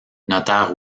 notaire